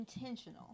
intentional